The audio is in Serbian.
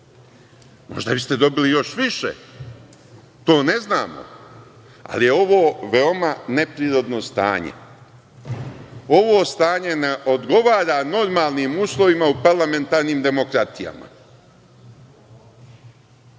Možda biste dobili još više, to ne znamo, ali je ovo veoma neprirodno stanje. Ovo stanje ne odgovara normalnim uslovima u parlamentarnim demokratijama.